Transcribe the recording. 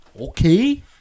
Okay